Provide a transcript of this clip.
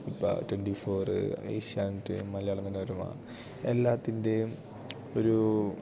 ഇപ്പോൾ twenty four Asianet Malayala Manorama എല്ലാത്തിൻ്റേയും ഒരൂ